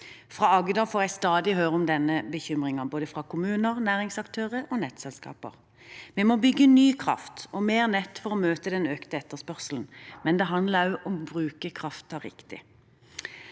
Fra Agder får jeg stadig høre om denne bekymringen, både fra kommuner, næringsaktører og nettselskaper. Vi må bygge ny kraft og mer nett for å møte den økte etterspørselen, men det handler òg om å bruke kraften riktig.